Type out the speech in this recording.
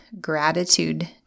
gratitude